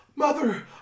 Mother